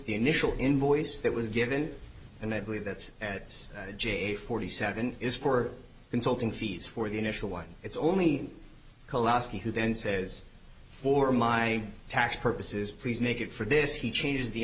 initial invoice that was given and i believe that's at j forty seven is for consulting fees for the initial one it's only called asking who then says for my tax purposes please make it for this he changes the